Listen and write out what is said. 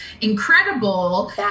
incredible